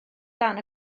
dan